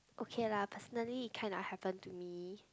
okay lah personally it kinda happened to me